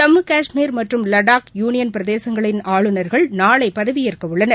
ஜம்மு காஷ்மீர் மற்றும் லடாக் யூனியன் பிரதேசங்களின் ஆளுநர்கள் நாளைபதவியேற்கஉள்ளனர்